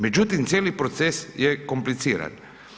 Međutim, cijeli proces je kompliciran.